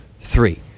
three